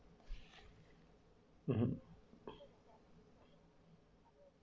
mmhmm